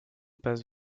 passe